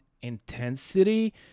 intensity